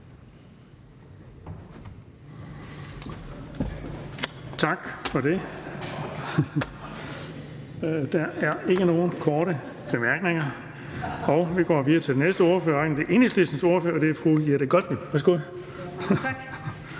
Tak for det. Så er der ikke flere korte bemærkninger. Tak til ordføreren. Vi går videre til Enhedslistens ordfører, og det er fru Jette Gottlieb. Værsgo.